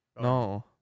No